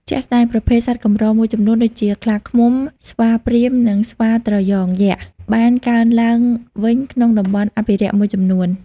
ជាក់ស្តែង ប្រភេទសត្វកម្រមួយចំនួនដូចជា ខ្លាឃ្មុំ ស្វាព្រាហ្មណ៍ និងសត្វត្រយងយក្ស បានកើនឡើងវិញក្នុងតំបន់អភិរក្សមួយចំនួន។